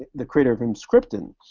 the creator of emscripten,